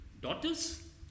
Daughters